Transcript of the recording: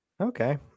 Okay